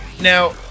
Now